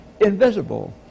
invisible